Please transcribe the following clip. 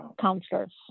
counselors